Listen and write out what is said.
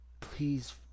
Please